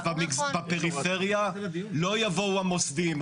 כסף ----- בפריפריה לא יבואו מוסדיים,